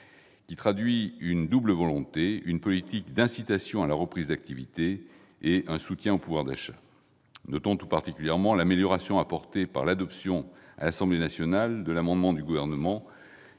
qui traduit une double volonté : une politique d'incitation à la reprise d'activité et un soutien au pouvoir d'achat. Notons tout particulièrement l'amélioration apportée par l'adoption, à l'Assemblée nationale, d'un amendement du Gouvernement,